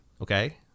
okay